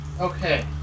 Okay